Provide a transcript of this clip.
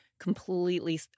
completely